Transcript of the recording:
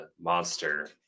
monster